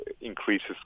increases